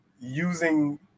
using